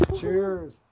Cheers